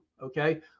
Okay